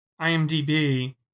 IMDb